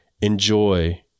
enjoy